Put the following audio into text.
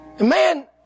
Man